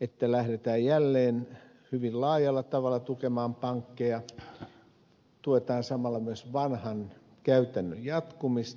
että lähdetään jälleen hyvin laajalla tavalla tukemaan pankkeja tuetaan samalla myös vanhan käytännön jatkumista